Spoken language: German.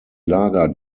lager